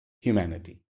humanity